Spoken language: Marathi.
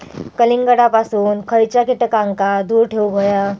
कलिंगडापासून खयच्या कीटकांका दूर ठेवूक व्हया?